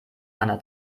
hanna